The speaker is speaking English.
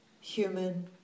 human